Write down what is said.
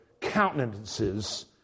countenances